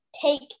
Take